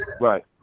Right